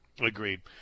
Agreed